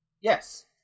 Yes